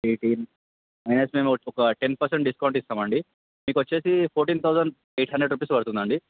eighteen minus మేము ఒక ten percent discount ఇస్తాం అండి మీకు వచ్చి fourteen thousand eight hundred rupees పడుతుంది అండి